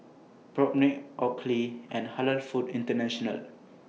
Propnex Oakley and Halal Foods International